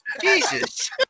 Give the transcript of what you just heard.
Jesus